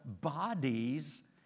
bodies